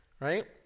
Right